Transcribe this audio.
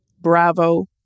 Bravo